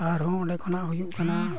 ᱟᱨᱦᱚᱸ ᱚᱸᱰᱮ ᱠᱷᱚᱱᱟᱜ ᱦᱩᱭᱩᱜ ᱠᱟᱱᱟ